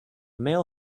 male